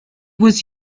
was